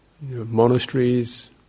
monasteries